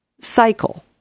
cycle